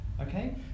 okay